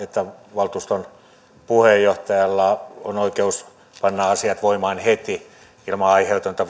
valtuuston puheenjohtajalla on oikeus panna asiat voimaan heti ilman aiheetonta